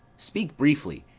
speak briefly,